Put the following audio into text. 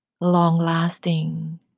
long-lasting